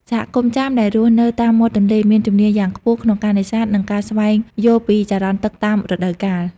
សហគមន៍ចាមដែលរស់នៅតាមមាត់ទន្លេ មានជំនាញយ៉ាងខ្ពស់ក្នុងការនេសាទ និងការស្វែងយល់ពីចរន្តទឹកតាមរដូវកាល។